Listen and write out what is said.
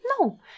No